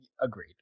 agreed